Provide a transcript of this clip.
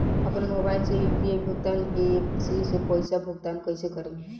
आपन मोबाइल से यू.पी.आई भुगतान ऐपसे पईसा भुगतान कइसे करि?